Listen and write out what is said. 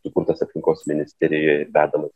sukurtos aplinkos ministerijoje vedamas